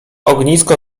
ognisko